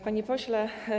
Panie Pośle!